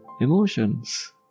Emotions